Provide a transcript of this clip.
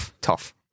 Tough